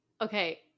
Okay